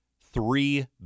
three